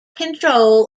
control